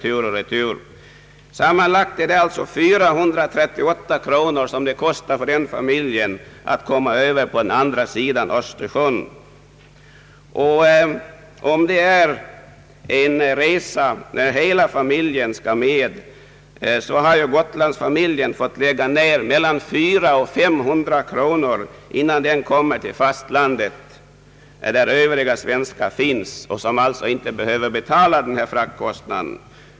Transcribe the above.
Sammanlagt kostar det alltså familjen 438 kronor att komma över till fastlandet. Om den här familjen från Gotland företar en sådan resa, måste den lägga ut mellan 400 och 500 kronor innan den kommer till fastlandet, där övriga svenskar finns, som alltså inte behöver betala denna fraktkostnad.